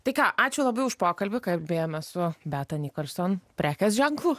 tai ką ačiū labai už pokalbį kalbėjomės su beata nicholson prekės ženklu